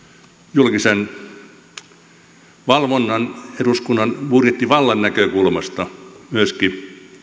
julkisen valvonnan eduskunnan budjettivallan näkökulmasta myöskin